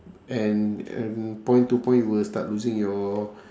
and and point to point you will start losing your